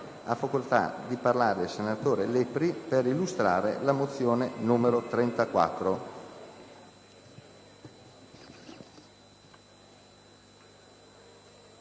Ha facoltà di parlare il senatore Lepri per illustrare la mozione n. 34